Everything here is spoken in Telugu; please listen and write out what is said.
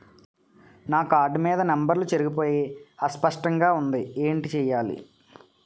నా కార్డ్ మీద నంబర్లు చెరిగిపోయాయి అస్పష్టంగా వుంది ఏంటి చేయాలి?